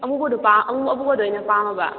ꯑꯃꯨꯕꯗꯣ ꯑꯃꯨꯕꯗꯣ ꯑꯣꯏꯅ ꯄꯥꯝꯃꯕ